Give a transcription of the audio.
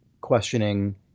questioning